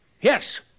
Yes